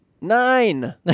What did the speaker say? Nine